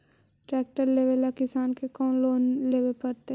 Tractor लेवेला किसान के कौन लोन लेवे पड़तई?